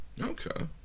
Okay